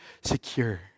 secure